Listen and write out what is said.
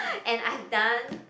and I've done